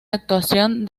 actuación